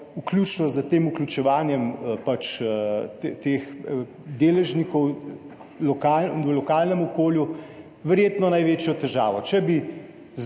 vključno z vključevanjem deležnikov v lokalnem okolju, verjetno največjo težavo. Če bi,